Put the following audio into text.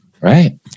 Right